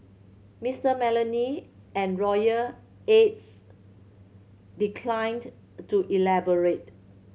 Mister Malone and royal aides declined to elaborate